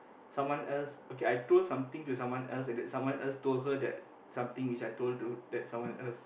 someone else okay I told something to someone else and that someone else told her that something which I told to that someone else